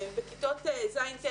בכיתות ז'-ט',